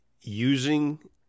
using